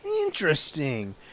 Interesting